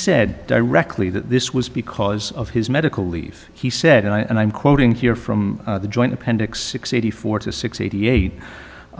said directly that this was because of his medical leave he said and i'm quoting here from the joint appendix six eighty four to six eighty eight